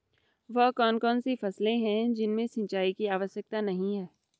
वह कौन कौन सी फसलें हैं जिनमें सिंचाई की आवश्यकता नहीं है?